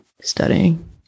studying